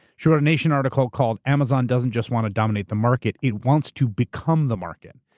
she wrote a nation article called amazon doesn't just want to dominate the market, it wants to become the market.